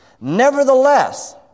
Nevertheless